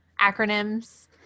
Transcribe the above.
acronyms